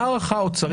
מה ההערכה הכספית?